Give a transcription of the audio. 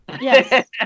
Yes